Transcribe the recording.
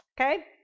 Okay